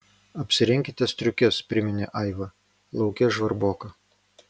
apsirenkite striukes priminė aiva lauke žvarboka